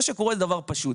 מה שקורה, זה דבר פשוט.